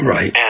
Right